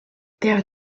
der